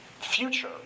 future